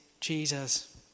Jesus